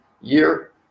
year